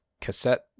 cassette